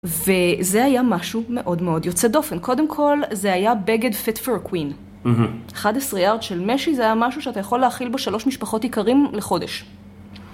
וזה היה משהו מאוד מאוד יוצא דופן, קודם כל זה היה בגד פיט פור קווין. 11 יארד של משי זה היה משהו שאתה יכול להכיל בו שלוש משפחות איכרים לחודש.